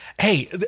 hey